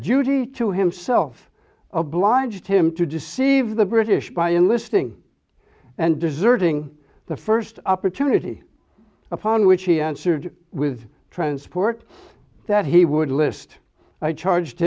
to himself obliged him to deceive the british by enlisting and deserving the first opportunity upon which he answered with transport that he would list i charged